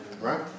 Right